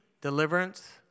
deliverance